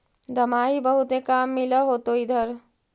दमाहि बहुते काम मिल होतो इधर?